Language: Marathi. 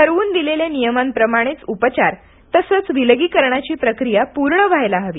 ठरवून दिलेल्या नियमांप्रमाणेच उपचार तसंच विलगीकरणाची प्रक्रिया पूर्ण व्हायला हवी